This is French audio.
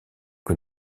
que